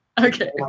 Okay